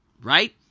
right